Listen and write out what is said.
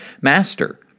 Master